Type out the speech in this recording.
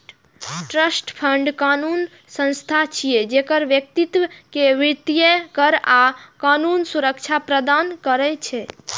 trust fund कानूनी संस्था छियै, जे व्यक्ति कें वित्तीय, कर आ कानूनी सुरक्षा प्रदान करै छै